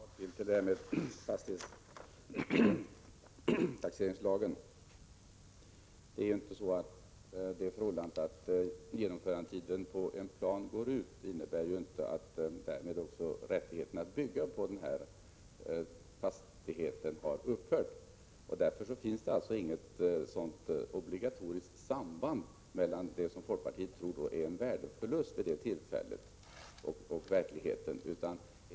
Herr talman! Bara en kommentar till detta med fastighetstaxeringslagen. Det förhållandet att genomförandetiden för en plan går ut innebär inte att rätten att bygga på fastigheten har upphört. Därför finns det inte något automatiskt samband mellan det som folkpartiet anser vara en värdeförlust vid det aktuella tillfället och det verkliga förhållandet.